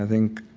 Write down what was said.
think